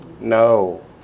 No